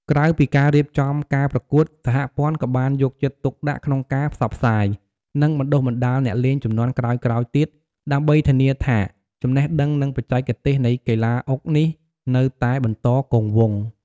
ក្រៅពីការរៀបចំការប្រកួត សហព័ន្ធក៏បានយកចិត្តទុកដាក់ក្នុងការផ្សព្វផ្សាយ និងបណ្តុះបណ្តាលអ្នកលេងជំនាន់ក្រោយៗទៀត ដើម្បីធានាថាចំណេះដឹង និងបច្ចេកទេសនៃកីឡាអុកនេះនៅតែបន្តគង់វង្ស។